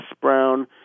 Brown